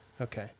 Okay